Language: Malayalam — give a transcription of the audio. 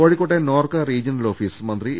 കോഴിക്കോട്ടെ നോർക്കാ റീജിയണൽ ഓഫീസ് മന്ത്രി എ